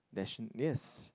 nation yes